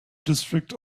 district